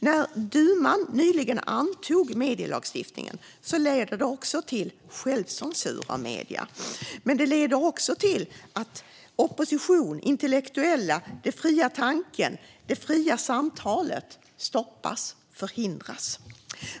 När duman nyligen antog medielagstiftningen ledde detta till självcensur av medier men också till att opposition, intellektuella, den fria tanken och det fria samtalet stoppades och förhindrades.